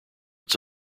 its